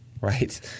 Right